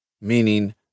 meaning